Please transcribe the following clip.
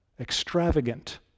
extravagant